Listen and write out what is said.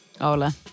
Ola